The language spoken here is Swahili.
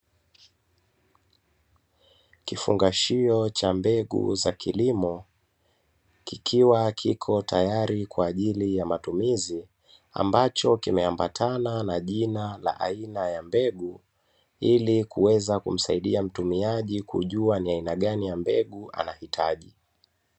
Kifungashio cha mbegu za kilimo kikiwa kiko tayari kwa ajili ya matumizi, ambacho kimeambatana na jina la aina ya mbegu, ili kuweza kumsaidia mtumiaji kujua ni aina gani ya mbegu anahitaji.